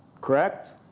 Correct